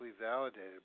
validated